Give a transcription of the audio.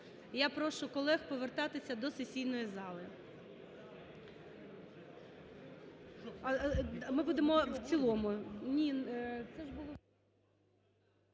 Я прошу колег повертатися до сесійної зали.